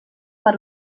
per